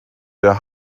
der